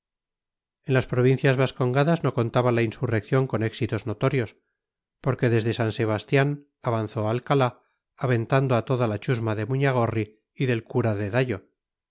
en las provincias vascongadas no contaba la insurrección con éxitos notorios porque desde san sebastián avanzó alcalá aventando a toda la chusma de muñagorri y del cura de dallo